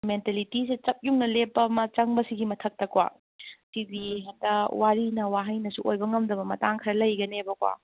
ꯃꯦꯟꯇꯦꯂꯤꯇꯤꯁꯦ ꯆꯞ ꯌꯨꯡꯅ ꯂꯦꯞꯄ ꯑꯃ ꯆꯪꯕꯁꯤꯒꯤ ꯃꯊꯛꯇꯀꯣ ꯁꯤꯗꯤ ꯍꯦꯛꯇ ꯋꯥꯔꯤꯅ ꯋꯥꯍꯩꯅꯁꯨ ꯑꯣꯏꯕ ꯉꯝꯗꯕ ꯃꯇꯥꯡ ꯈꯔ ꯂꯩꯒꯅꯦꯕꯀꯣ